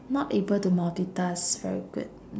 not able to multitask very good